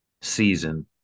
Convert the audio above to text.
season